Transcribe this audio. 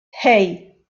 hey